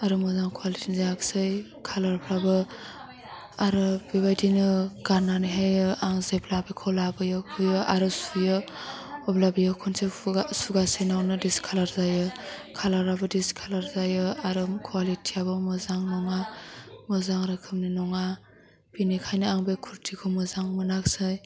आरो मोजां कवालिटि जायाखसै खालारफ्राबो आरो बेबायदिनो गाननानैहायो आं जेब्ला बेखौ लाबोयो हुयो आरो सुयो अब्ला बेयो खनसे सुगासेनावनो डिचकालार जायो कालाराबो डिचकालार जायो आरो कवालिटियाबो मोजां नङा मोजां रोखोमनि नङा बिनिखायनो आं बे कुर्तिखौ मोजां मोनाखसै